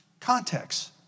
context